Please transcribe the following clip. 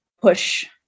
push